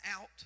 out